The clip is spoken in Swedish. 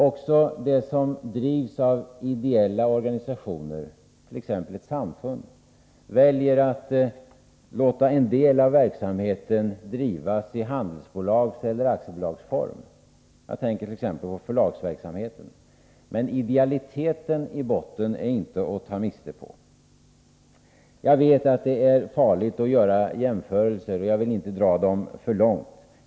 Också verksamhet som bedrivs av ideella organisationer, t.ex. ett samfund, väljer att låta en del av verksamheten ske i handelsbolagseller aktiebolagsform. Jag tänker t.ex. på förlagsverksamheten. Men idealiteten i botten är inte att ta miste på. Jag vet att det är farligt att göra jämförelser, och jag vill inte dra dem för långt.